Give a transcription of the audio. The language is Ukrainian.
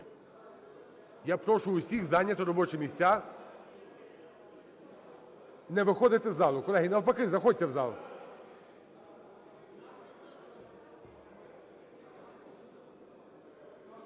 Я прошу всіх зайняти робочі місця, не виходити з залу. Колеги, навпаки, заходьте в зал.